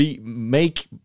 make